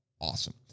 Awesome